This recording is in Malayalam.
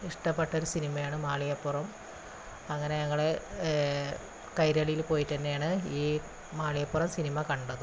ഇഷ്ടപ്പെട്ട ഒരു സിനിമയാണ് മാളികപ്പുറം അങ്ങനെ ഞങ്ങള് കൈരളിയിൽ പോയിട്ട് തന്നെയാണ് ഈ മാളികപ്പുറം സിനിമ കണ്ടതും